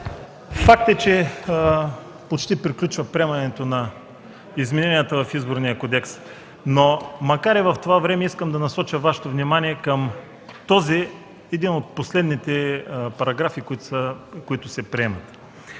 Факт е, че почти приключва приемането на измененията в Изборния кодекс, но макар и в това време искам да насоча вниманието Ви към един от последните параграфи, които се приемат.